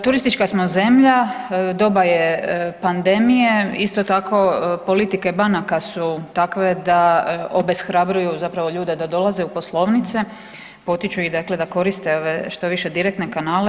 Turistička smo zemlja, doba je pandemije isto tako politike banaka su takve da obeshrabljuju zapravo ljude da dolaze u poslovnice, potiču ih dakle da koriste ove što više direktne kanale.